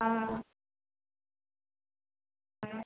ஆ ஆ